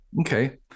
Okay